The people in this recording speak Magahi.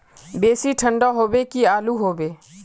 बेसी ठंडा होबे की आलू होबे